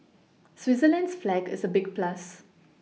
Switzerland's flag is a big plus